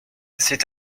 c’est